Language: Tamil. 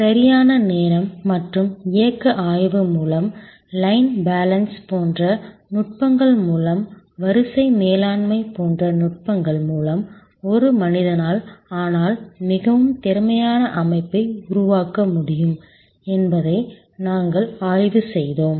சரியான நேரம் மற்றும் இயக்க ஆய்வு மூலம் லைன் பேலன்ஸ் போன்ற நுட்பங்கள் மூலம் வரிசை மேலாண்மை போன்ற நுட்பங்கள் மூலம் ஒரு மனிதனால் ஆனால் மிகவும் திறமையான அமைப்பை உருவாக்க முடியும் என்பதை நாங்கள் ஆய்வு செய்தோம்